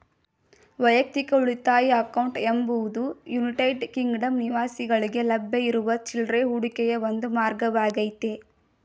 ವೈಯಕ್ತಿಕ ಉಳಿತಾಯ ಅಕೌಂಟ್ ಎಂಬುದು ಯುನೈಟೆಡ್ ಕಿಂಗ್ಡಮ್ ನಿವಾಸಿಗಳ್ಗೆ ಲಭ್ಯವಿರುವ ಚಿಲ್ರೆ ಹೂಡಿಕೆಯ ಒಂದು ಮಾರ್ಗವಾಗೈತೆ